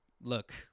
Look